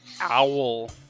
owl